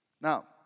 Now